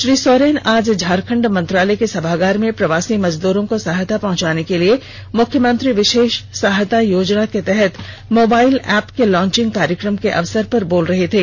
श्री सोरेन आज झारखंड मंत्रालय के सभागार में प्रवासी मजदूरों को सहायता पहंचाने के लिए मुख्यमंत्री विषेष सहायता योजना के तहत मोबाईल एप्प के लॉचिंग कार्यक्रम के अवसर पर बोल रहे थे